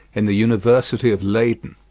in the university of leyden